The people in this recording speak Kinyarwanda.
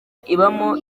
ibamo